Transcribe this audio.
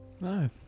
No